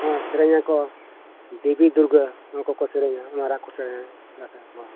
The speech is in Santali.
ᱦᱮᱸ ᱥᱮᱨᱮᱧ ᱟᱠᱚ ᱫᱮᱵᱤ ᱫᱩᱨᱜᱟ ᱚᱱᱟ ᱠᱚᱠᱚ ᱥᱮᱨᱮᱧᱟ ᱚᱱᱟ ᱨᱮᱭᱟᱜ ᱠᱚ ᱥᱮᱨᱮᱧᱟ ᱫᱟᱸᱥᱟᱭ ᱵᱚᱸᱜᱟ